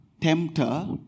tempter